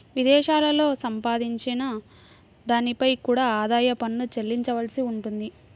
విదేశాలలో సంపాదించిన దానిపై కూడా ఆదాయ పన్ను చెల్లించవలసి ఉంటుంది